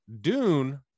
Dune